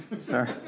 Sorry